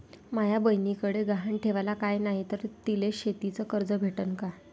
माया बयनीकडे गहान ठेवाला काय नाही तर तिले शेतीच कर्ज भेटन का?